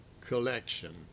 Collection